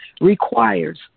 requires